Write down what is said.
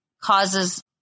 causes